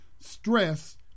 stress